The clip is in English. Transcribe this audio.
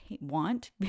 want